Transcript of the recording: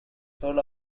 sole